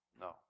No